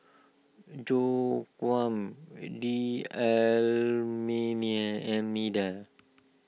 Joaquim D a million Almeida